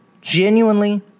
Genuinely